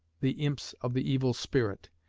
the imps of the evil spirit,